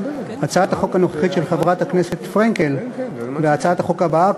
הצעת החוק הנוכחית של חברת הכנסת פרנקל והצעת החוק הבאה,